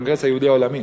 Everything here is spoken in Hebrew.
הקונגרס היהודי העולמי,